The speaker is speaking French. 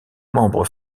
membres